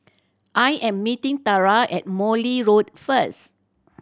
I am meeting Tara at Morley Road first